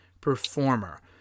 performer